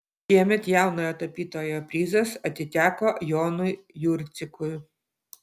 šiemet jaunojo tapytojo prizas atiteko jonui jurcikui